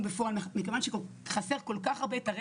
אנחנו עובדים בצוותים והצוותים חסרים.